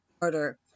order